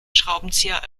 schraubenzieher